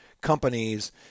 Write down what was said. companies